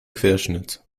querschnitt